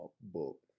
book